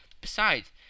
Besides